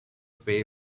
pay